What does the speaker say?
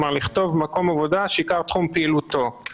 כלומר לכתוב: מקום עבודה שעיקר תחום פעילותו.